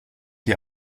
die